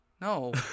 No